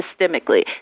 systemically